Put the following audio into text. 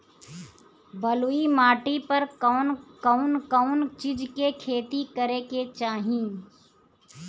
बलुई माटी पर कउन कउन चिज के खेती करे के चाही?